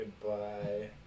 goodbye